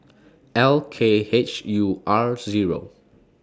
L K H U R Zero